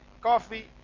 coffee